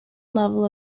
level